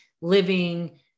living